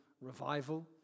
revival